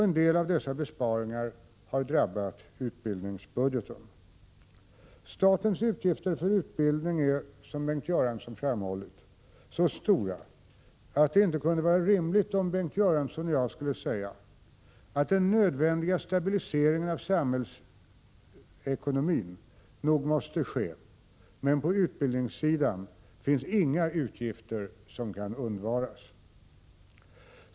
En del av dessa besparingar har drabbat utbildningsbudgeten. Statens utgifter för utbildningen är, som Bengt Göransson framhållit, så stora att det ändå kunde vara rimligt om Bengt Göransson och jag skulle säga att den nödvändiga stabiliseringen av samhällsekonomin nog måste ske, men att det på utbildningssidan inte finns några utgifter som kan undvaras.